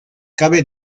cabe